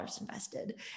invested